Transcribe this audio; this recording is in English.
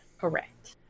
Correct